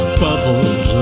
bubbles